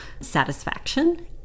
satisfaction